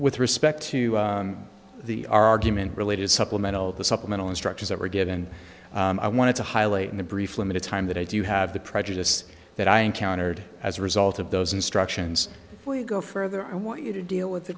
with respect to the argument related supplemental the supplemental instructors that were given i wanted to highlight in the brief limited time that i do have the prejudice that i encountered as a result of those instructions we go further i want you to deal with the